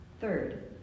Third